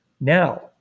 Now